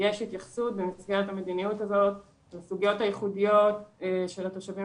יש התייחסות במסגרת המדיניות הזאת לסוגיות הייחודיות של התושבים